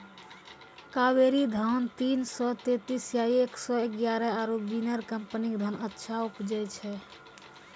कावेरी धान तीन सौ तेंतीस या एक सौ एगारह आरु बिनर कम्पनी के धान अच्छा उपजै छै?